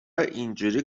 اینجوری